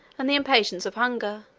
and the impatience of hunger,